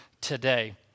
today